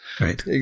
Right